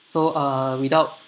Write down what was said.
so uh without